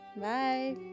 Bye